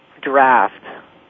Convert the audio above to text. draft